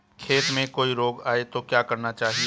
खेत में कोई रोग आये तो क्या करना चाहिए?